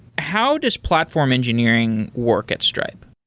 how does platform engineering work at stripe?